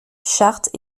chartes